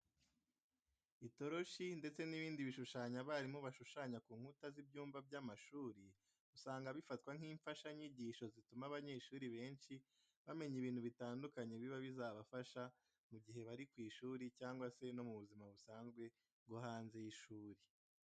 Itoroshi ndetse n'ibindi bishushanyo abarimu bashushanya ku nkuta z'ibyumba by'amashuri usanga bifatwa nk'imfashanyigisho zituma abanyeshuri benshi bamenya ibintu bitandukanye biba bizabafasha mu gihe bari ku ishuri cyangwa se no mu buzima busanzwe bwo hanze y'ishuri.